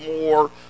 more